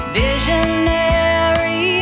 visionary